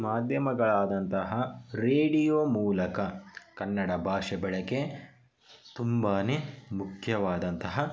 ಮಾಧ್ಯಮಗಳಾದಂತಹ radio ಮೂಲಕ ಕನ್ನಡ ಭಾಷೆ ಬಳಕೆ ತುಂಬಾ ಮುಖ್ಯವಾದಂತ